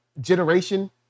generation